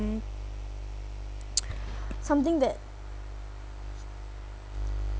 something that